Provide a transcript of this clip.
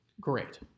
Great